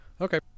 Okay